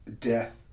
death